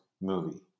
movie